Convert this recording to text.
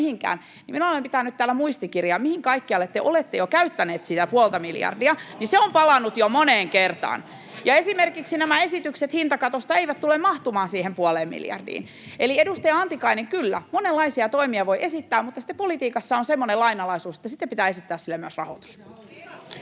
minä olen pitänyt täällä muistikirjaa siitä, mihin kaikkialle te olette jo käyttäneet sitä puolta miljardia, ja se on palanut jo moneen kertaan. Ja esimerkiksi nämä esitykset hintakatosta eivät tule mahtumaan siihen puoleen miljardiin. Eli, edustaja Antikainen, kyllä, monenlaisia toimia voi esittää, mutta sitten politiikassa on semmoinen lainalaisuus, että pitää esittää niille myös rahoitus.